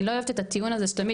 אני לא אוהבת את הטיעון הזה שתמיד,